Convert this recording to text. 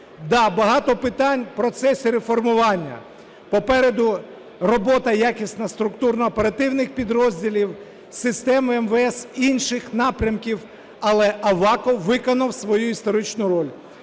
багато питань в процесі реформування, попереду робота якісна структурно-оперативних підрозділів системи МВС, інших напрямків, але Аваков виконав свою історичну роль,